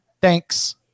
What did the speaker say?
Thanks